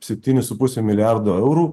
septynis su puse milijardo eurų